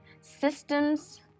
systems